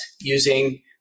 using